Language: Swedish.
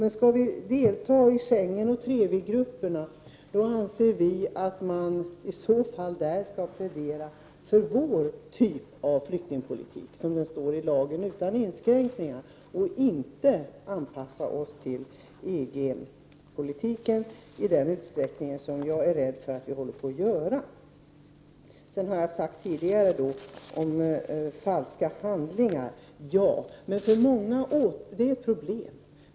Men för att delta i Schengenoch Trevigrupperna, måste man anser vi, plädera för vår typ av flyktingpolitik, såsom denna uttrycks i lagen och utan inskränkningar. Vi skall inte anpassa oss till EG-politiken i den utsträckning som jag är rädd för att vi håller på att göra. Jag talade tidigare om det här med falska handlingar, som ju är ett problem.